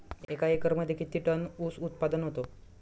एका एकरमध्ये किती टन ऊस उत्पादन होतो?